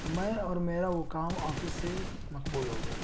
میں اور میرا وہ کام آفس سے مقبول ہو گیا